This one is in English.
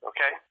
Okay